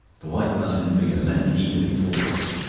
the white muslin figure leant eagerly forward.